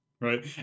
right